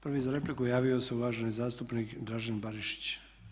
Prvi za repliku javio se uvaženi zastupnik Dražen Barišić.